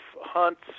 hunts